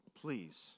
please